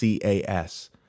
CAS